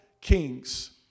kings